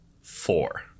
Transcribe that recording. four